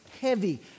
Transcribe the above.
heavy